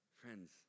friends